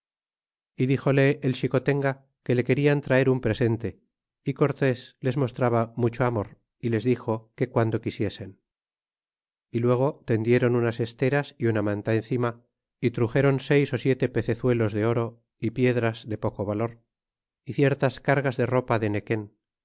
y dixole el xicotenga que le querian traer un presente y cortés les mostraba mucho amor y les dixo que guando quisiesen y luego tendiéron unas esteras y una manta encima y truxéron seis ó siete pecezuelos de oro y piedras de poco valor y ciertas cargas de ropa de nequen